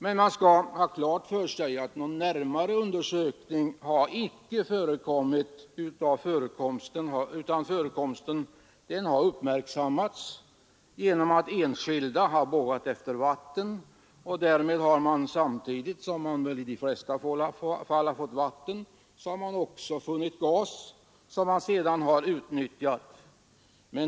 Men man skall ha klart för sig att någon närmare undersökning inte företagits, utan förekomsten har uppmärksammats genom att enskilda borrat efter vatten och därvid även funnit gas, som man sedan har utnyttjat.